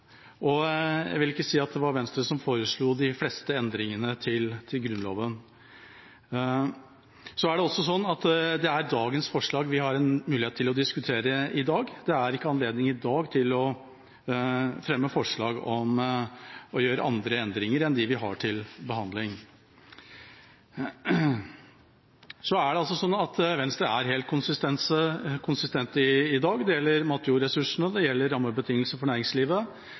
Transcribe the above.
og jeg vil ikke si at det var Venstre som foreslo de fleste endringene i Grunnloven. Så er det også slik at det er dagens forslag vi har en mulighet til å diskutere i dag. Det er ikke anledning i dag til å fremme forslag om å gjøre andre endringer enn dem vi har til behandling. Det er altså slik at Venstre er helt konsistente i dag – det gjelder matjordressursene, det gjelder rammebetingelser for næringslivet,